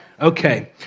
Okay